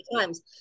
times